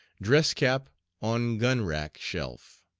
dress cap on gun-rack shelf.